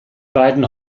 beiden